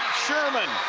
sherman